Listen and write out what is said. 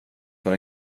för